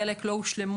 חלק לא הושלמו,